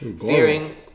Fearing